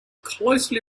closely